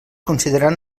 consideraran